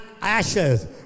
ashes